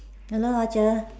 hello ah dear